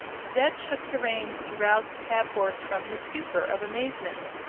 zeb shook the reins to rouse the cab-horse from his stupor of amazement,